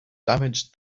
damaged